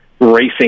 racing